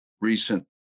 recent